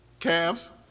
Cavs